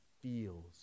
feels